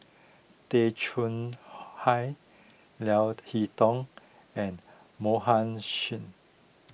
Tay Chong Hai Leo Hee Tong and Mohan Singh